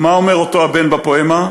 ומה אומר אותו הבן בפואמה?